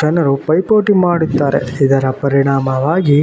ಜನರು ಪೈಪೋಟಿ ಮಾಡುತ್ತಾರೆ ಇದರ ಪರಿಣಾಮವಾಗಿ